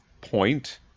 point